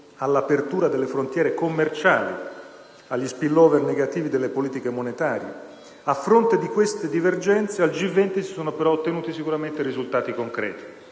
all'apertura delle frontiere commerciali, agli *spillover* negativi delle politiche monetarie. A fronte di queste divergenze, al G20 si sono però ottenuti sicuramente risultati concreti.